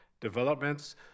developments